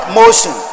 motion